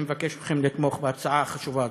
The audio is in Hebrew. אני מבקש מכם לתמוך בהצעה החשובה הזאת.